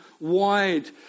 wide